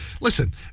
listen